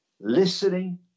listening